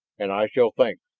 and i shall think.